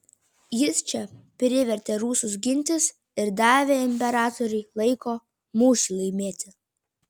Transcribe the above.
jis čia privertė rusus gintis ir davė imperatoriui laiko mūšiui laimėti